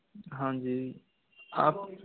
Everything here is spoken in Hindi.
हाँ जी आप